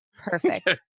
Perfect